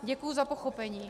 Děkuji za pochopení.